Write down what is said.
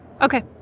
Okay